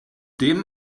dem